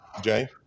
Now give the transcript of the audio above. jay